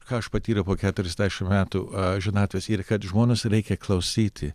ką aš patyriau po keturiasdešimt metų amžinatvės ir kad žmonos reikia klausyti